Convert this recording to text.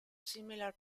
similar